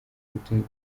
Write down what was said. ubutunzi